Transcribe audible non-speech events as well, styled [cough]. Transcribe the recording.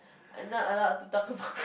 I'm not allowed to talk about [laughs]